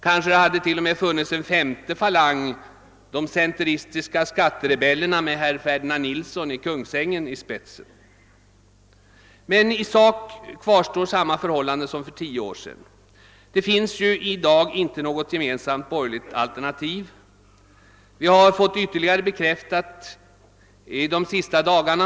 Kanske hade det t.o.m. funnits en femte falang — de centeristiska skatterebellerna med herr Ferdinand Nilsson i Kungsängen i spetsen. Men i sak kvarstår samma förhållande som för tio år sedan. Det finns i dag inte något gemensamt borgerligt alternativ. Vi har fått detta bekräftat ytterligare under de senaste dagarna.